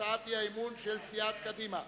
הצעת אי-האמון של סיעת קדימה.